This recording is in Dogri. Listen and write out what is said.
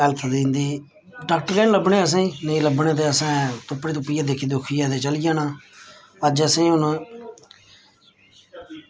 हैल्थ दी इंदी डॉक्टर गै नेईं लब्भने नेईं लब्भने ते असें तुप्पी तुप्पियै ते दिक्खी दिक्खियै चली जाना अज्ज असें हून